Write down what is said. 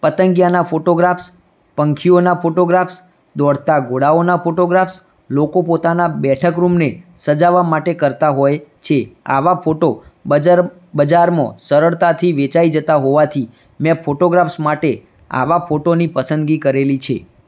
પતંગિયાના photographs પંખીઓના photographs દોડતા ધોડાઓના ફોટોગ્રાફ્સ લોકો પોતાના બેઠક રૂમને સજાવવા માટે કરતા હોય છે આવા ફોટો બજાર બજારમાં સરળતાથી વેચાઇ જતા હોવાથી મેં ફોટોગ્રાફ્સ માટે આવા ફોટોની પસંદગી કરેલી છે